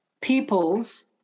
peoples